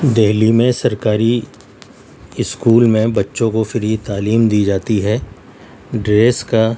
دہلی میں سرکاری اسکول میں بچوں کو فری تعلیم دی جاتی ہے ڈریس کا